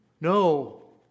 No